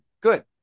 Good